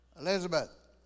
Elizabeth